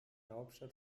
hauptstadt